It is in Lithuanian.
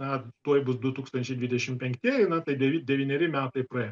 na tuoj bus du tūkstančiai dvidešim penktieji na tai devy devyneri metai praėjo